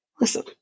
listen